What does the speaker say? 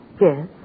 Yes